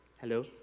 hello